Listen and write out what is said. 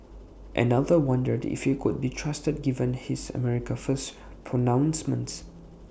another wondered if he could be trusted given his America First pronouncements